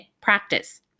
practice